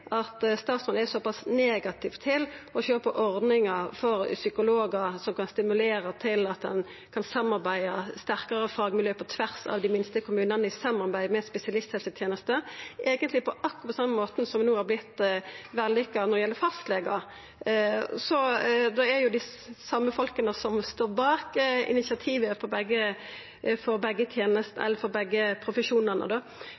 at statsråden er så pass negativ til å sjå på ordningar for psykologar som kan stimulera til at ein kan samarbeida og ha sterkare fagmiljø på tvers av dei minste kommunane, i samarbeid med spesialisthelsetenesta – eigentleg på akkurat same måten som har vore vellykka når det gjeld fastlegar. Det er dei same folka som står bak initiativet for begge